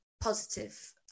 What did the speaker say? positive